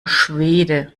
schwede